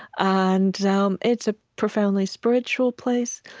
and um it's a profoundly spiritual place.